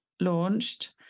launched